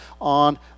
on